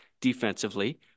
defensively